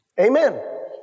Amen